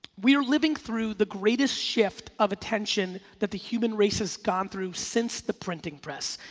we are living through the greatest shift of attention that the human race has gone through since the printing press,